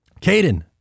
Caden